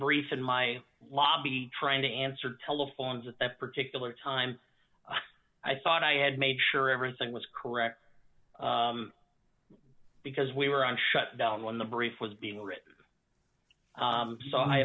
brief in my lobby trying to answer telephones at that particular time i thought i had made sure everything was correct because we were on shutdown when the brief was being written